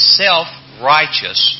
self-righteous